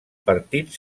partit